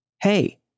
Hey